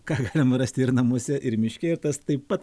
ką galima rasti ir namuose ir miške ir tas taip pat